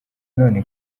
none